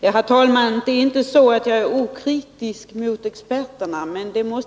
Herr talman! Jag är inte okritisk mot experterna.